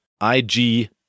I-G